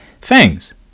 fangs